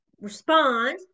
respond